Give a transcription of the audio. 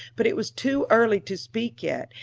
but it was too early to speak yet,